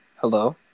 Hello